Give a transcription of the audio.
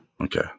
Okay